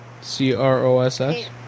C-R-O-S-S